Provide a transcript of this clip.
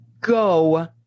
go